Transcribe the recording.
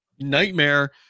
nightmare